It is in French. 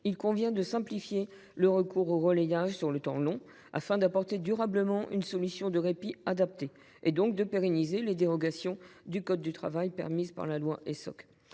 il convient de simplifier le recours au relayage sur le temps long, afin d’apporter durablement une solution de répit adaptée. Il faut donc pérenniser les dérogations au code du travail prévues par la loi Essoc.